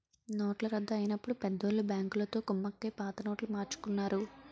నోట్ల రద్దు అయినప్పుడు పెద్దోళ్ళు బ్యాంకులతో కుమ్మక్కై పాత నోట్లు మార్చుకున్నారు